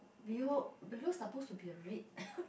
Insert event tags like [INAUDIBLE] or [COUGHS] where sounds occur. behold below suppose to be a red [COUGHS]